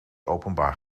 openbaar